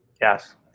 Yes